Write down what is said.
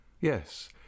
Yes